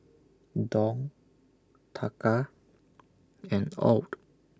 Dong Taka and Aud